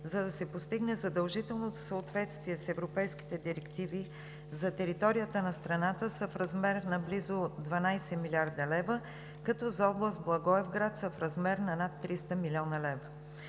за да се постигне задължителното съответствие с европейските директиви за територията на страната, са в размер на близо 12 млрд. лв., като за област Благоевград са в размер на 300 млн. лв.